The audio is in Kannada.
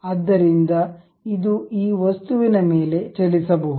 ಆದ್ದರಿಂದ ಇದು ಈ ವಸ್ತುವಿನ ಮೇಲೆ ಚಲಿಸಬಹುದು